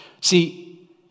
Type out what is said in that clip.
See